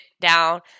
down